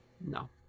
No